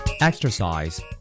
Exercise